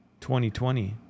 2020